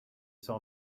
saw